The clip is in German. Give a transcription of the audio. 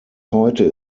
heute